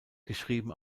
geschrieben